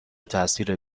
تاثیر